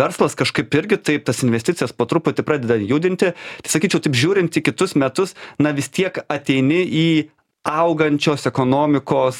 verslas kažkaip irgi taip tas investicijas po truputį pradeda judinti sakyčiau taip žiūrint į kitus metus na vis tiek ateini į augančios ekonomikos